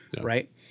Right